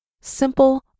simple